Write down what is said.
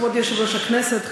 כבוד יושב-ראש הכנסת,